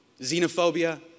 xenophobia